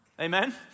Amen